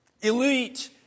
Elite